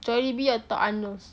Jollibee atau Arnold's